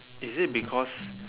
is it because